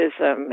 racism